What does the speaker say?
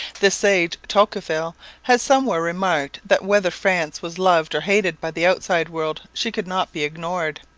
the sage tocqueville has somewhere remarked that whether france was loved or hated by the outside world she could not be ignored.